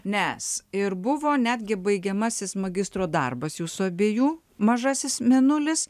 nes ir buvo netgi baigiamasis magistro darbas jūsų abiejų mažasis mėnulis